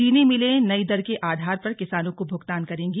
चीनी मिलें नई दर के आधार पर किसानों को भुगतान करेंगी